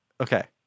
Okay